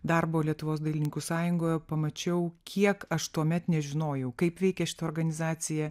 darbo lietuvos dailininkų sąjungoje pamačiau kiek aš tuomet nežinojau kaip veikia šita organizacija